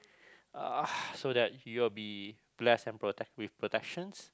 so that you will be blessed and protect with protections